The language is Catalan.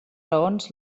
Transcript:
raons